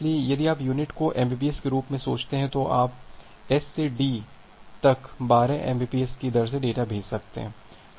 इसलिए यदि आप यूनिट को एमबीपीएस के रूप में सोचते हैं तो आप S से D तक 12 एमबीपीएस की दर से डेटा भेज सकते हैं